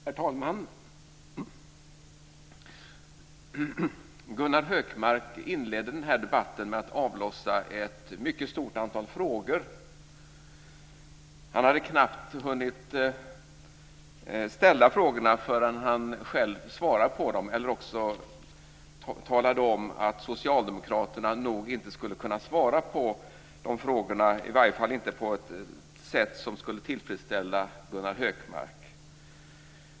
Herr talman! Gunnar Hökmark inledde den här debatten med att avlossa ett mycket stort antal frågor. Han hade knappt hunnit ställa frågorna förrän han själv svarade på dem - eller så talade han om att socialdemokraterna nog inte skulle kunna svara på dem, i varje fall inte på ett sätt som skulle tillfredsställa Gunnar Hökmark.